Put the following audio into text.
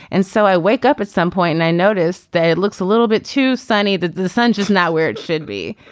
and so i wake up at some point and i notice that it looks a little bit too sunny that the sun is not where it should be